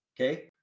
Okay